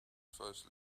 first